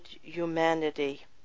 humanity